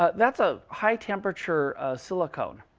ah that's a high temperature silicone.